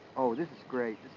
oh, this is great.